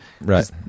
Right